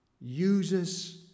uses